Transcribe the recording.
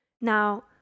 Now